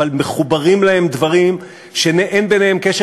אבל מחוברים להם דברים שאין ביניהם קשר.